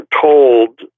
told